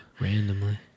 Randomly